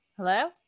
Hello